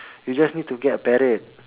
you just need to get a parrot